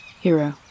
Hero